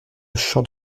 champ